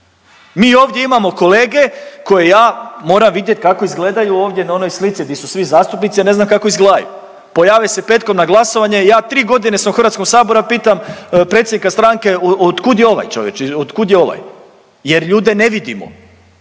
Mi ovdje imamo kolege koje ja moram vidjet kako izgledaju ovdje na onoj slici di su svi zastupnici, ja ne znam kako izgledaju, pojave se petkom na glasovanju, ja 3.g. sam u HS ja pitam predsjednika stranke otkud je ovaj čovječe, otkud je ovaj jer ljude ne vidimo,